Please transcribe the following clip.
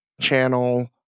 channel